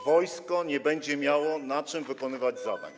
Wojsko nie będzie miało czym wykonywać zadań.